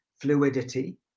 fluidity